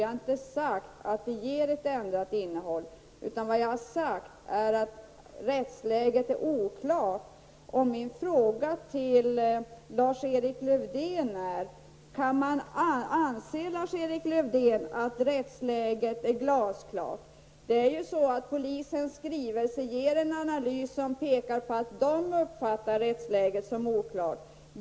Jag har inte sagt att det ger ett ändrat innehåll, utan att rättsläget är oklart. Anser Lars-Erik Lövdén att rättsläget är glasklart? Polisens skrivelse ger en analys som pekar på att man uppfattar rättsläget som oklart.